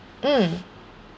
mm